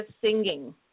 singing